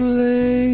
lay